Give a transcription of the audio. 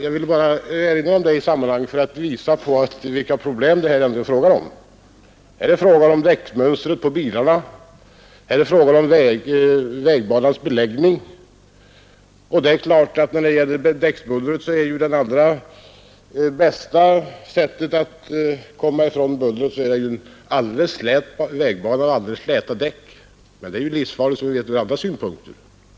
Jag ville nämna detta för att visa vilka problem det här egentligen är fråga om. Det gäller däcksmönstret på bilarna, och det är fråga om vägbanans beläggning. När det gäller däcksbuller kommer man lättast ifrån detta genom användande av alldeles slät vägbana och släta däck, men detta är som vi vet livsfarligt från andra synpunkter.